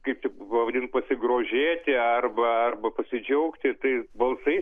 kaip čia pavadint pasigrožėti arba arba pasidžiaugti tais balsais